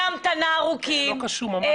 מסלול הרחבת ההפרטה ההולך ומתרחב ומעמיק